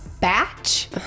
batch